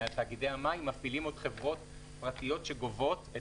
אלא תאגידי המים מפעילים עוד חברות שגובות את